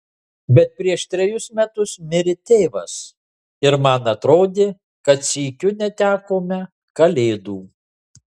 bet prieš trejus metus mirė tėvas ir man atrodė kad sykiu netekome kalėdų